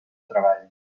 treball